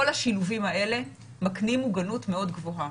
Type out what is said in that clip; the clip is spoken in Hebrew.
כל השילובים האלה מקנים מוגנות מאוד גבוהה.